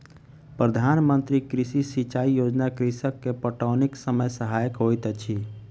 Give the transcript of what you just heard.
प्रधान मंत्री कृषि सिचाई योजना कृषक के पटौनीक समय सहायक होइत अछि